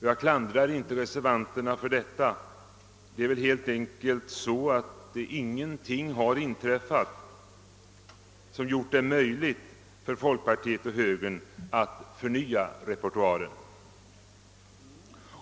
Jag klandrar inte reservanterna härför, ty det är helt enkelt så att ingenting inträffat som gjort det möjligt för folkpartiet och högern att förnya repertoaren.